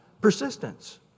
persistence